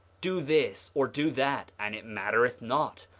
do this, or do that, and it mattereth not,